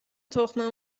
تخم